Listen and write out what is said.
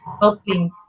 helping